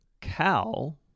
cow